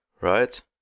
right